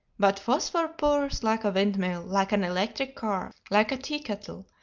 but phosphor purrs like a windmill, like an electric car, like a tea-kettle,